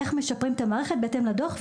איך משפרים את המערכת בהתאם לדוח.